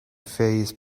phase